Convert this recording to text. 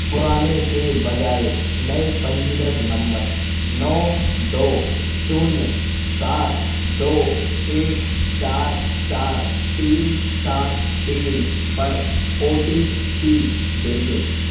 पुराने के बजाए नए पंजीकृत नंबर नौ दो शून्य सात दो एक चार चार तीन सात तीन पर ओटीपी भेजें